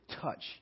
touch